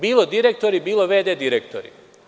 Bilo direktori, bilo v.d. direktori.